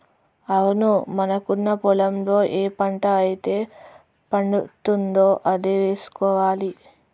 అవును మనకున్న పొలంలో ఏ పంట అయితే పండుతుందో అదే వేసుకోవాలి